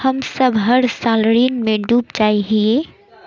हम सब हर साल ऋण में डूब जाए हीये?